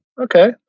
Okay